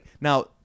Now